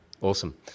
Awesome